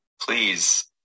Please